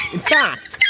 in fact, yeah